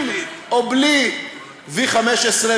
עם או בלי 15V,